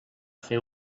fer